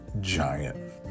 giant